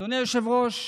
אדוני היושב-ראש,